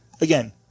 Again